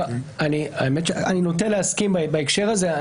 אני נוטה להסכים בהקשר הזה.